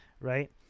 right